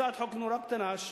הצעת חוק נורא קטנה,